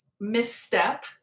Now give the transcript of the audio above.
misstep